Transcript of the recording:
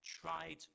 tried